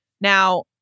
Now